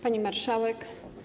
Pani Marszałek!